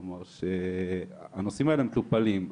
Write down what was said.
כלומר הנושאים האלה מטופלים.